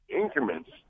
increments